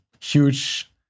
Huge